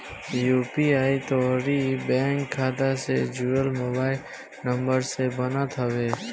UPI तोहरी bank खाता से जुड़ल मोबाइल नंबर से बनत हवे